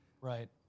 Right